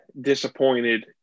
disappointed